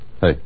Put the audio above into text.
Hey